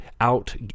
out